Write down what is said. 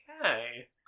Okay